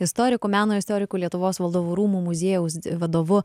istoriku meno istoriku lietuvos valdovų rūmų muziejaus vadovu